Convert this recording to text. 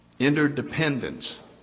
interdependence